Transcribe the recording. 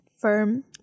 firm